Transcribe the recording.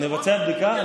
נבצע בדיקה.